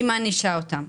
היא מענישה אותם.